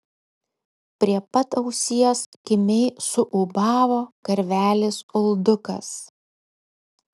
prie pat ausies kimiai suūbavo karvelis uldukas